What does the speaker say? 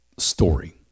Story